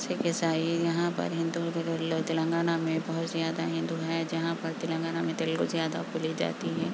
سکھ عیسائی یہاں پر ہندو تلنگانہ میں بہت زیادہ ہندو ہیں جہاں پر تلنگانہ میں تیلگو زیادہ بولی جاتی ہے